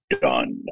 Done